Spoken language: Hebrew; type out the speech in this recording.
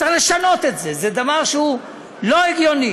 צריך לשנות את זה, זה דבר שהוא לא הגיוני.